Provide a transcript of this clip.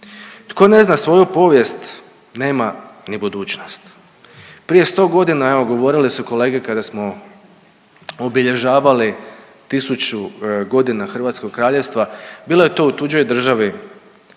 Tko ne zna svoju povijest nema ni budućnost. Prije sto godina evo govorile su kolege kada smo obilježavali tisuću godina Hrvatskog kraljevstva bilo je to u tuđoj državi